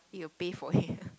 need to pay for him